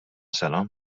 sena